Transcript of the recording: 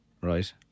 Right